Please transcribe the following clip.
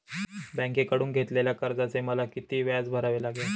बँकेकडून घेतलेल्या कर्जाचे मला किती व्याज भरावे लागेल?